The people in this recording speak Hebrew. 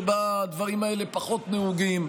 שבה הדברים האלה פחות נהוגים,